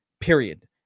Period